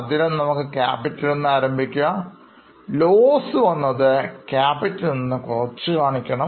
അതിനാൽ നമുക്ക് Capital നിന്നും ആരംഭിക്കാം loss വന്നത് Capital നിന്നും കുറച്ച് കാണിക്കുക